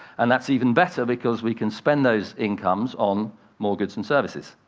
and that's even better, because we can spend those incomes on more goods and services.